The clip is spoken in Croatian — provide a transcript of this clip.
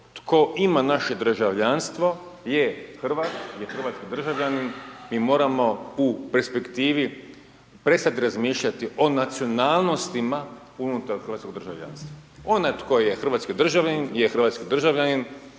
tko ima naše državljanstvo je Hrvat, je hrvatski državljanin, mi moramo u perspektivi prestati razmišljati o nacionalnostima unutar hrvatskog državljanstva. Onaj tko je hrvatski državljanin je hrvatski državljanin,